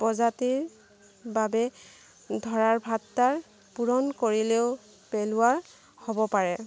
প্ৰজাতিৰ বাবে ধৰাৰ ভাট্টাৰ পূৰণ কৰিলেও পেলোৱা হ'ব পাৰে